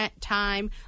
time